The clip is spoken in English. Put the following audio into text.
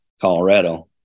Colorado